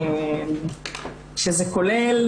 שזה כולל,